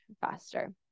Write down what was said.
faster